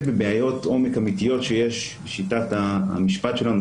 בבעיות עומק אמיתיות שיש בשיטת המשטר שלנו,